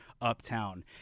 uptown